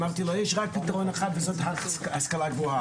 אמרתי לו שיש רק פתרון אחד וזאת השכלה גבוהה.